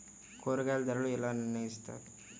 కూరగాయల ధరలు ఎలా నిర్ణయిస్తారు?